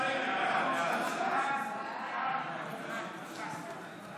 ההצעה להעביר את הצעת חוק המכר